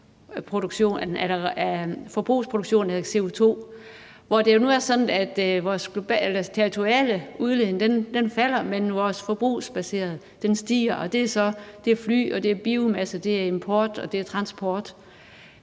forbrugsproduktionen af CO2. Der er det jo nu sådan, at vores territoriale udledning falder, mens vores forbrugsbaserede udledning stiger, og det tæller så fly, biomasse, import og transport.